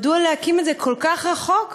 מדוע להקים את זה כל כך רחוק מחיפה?